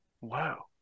Wow